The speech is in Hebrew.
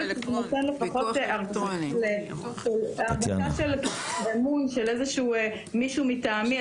נותן הרגשה של אמון ושזה מישהו מטעמי,